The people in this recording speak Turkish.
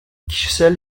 kişisel